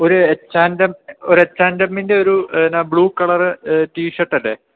ഒരു H and M ഒരു H and എമ്മിൻ്റെ ഒരു പിന്നെ ബ്ലൂ കളറ് ടീഷേർട്ടല്ലേ